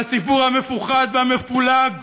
והציבור המפוחד והמפולג,